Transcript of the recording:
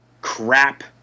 crap